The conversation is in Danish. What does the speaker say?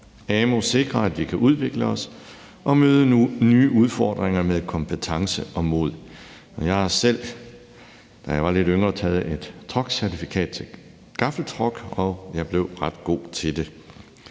Amu sikrer, at vi kan udvikle os og møde nye udfordringer med kompetence og mod. Jeg har selv, da jeg var lidt yngre, taget et truckcertifikat til gaffeltruck, og jeg blev ret god til det.